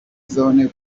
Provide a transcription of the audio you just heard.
zone